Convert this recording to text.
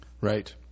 Right